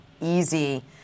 easy